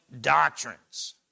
doctrines